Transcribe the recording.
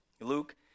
Luke